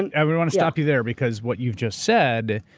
and and we want to stop you there. because what you've just said,